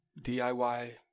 DIY